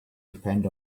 depend